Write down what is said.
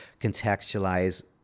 contextualize